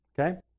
Okay